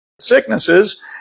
sicknesses